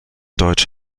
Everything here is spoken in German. deutsch